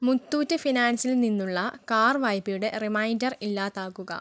മുത്തൂറ്റ് ഫിനാൻസിൽ നിന്നുള്ള കാർ വായ്പയുടെ റിമൈൻഡർ ഇല്ലാതാകുക